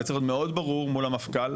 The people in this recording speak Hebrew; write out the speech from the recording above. וזה צריך להיות מאוד ברור מול המפכ"ל,